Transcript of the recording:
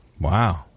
Wow